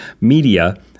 media